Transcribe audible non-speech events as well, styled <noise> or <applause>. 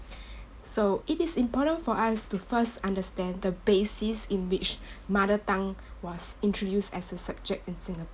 <breath> so it is important for us to first understand the basis in which mother tongue was introduced as a subject in singap~